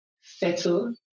settle